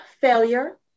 Failure